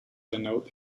denote